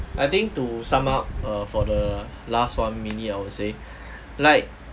I think to sum up err for the last one mainly I would say like